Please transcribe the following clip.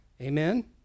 Amen